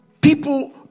people